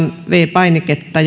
painiketta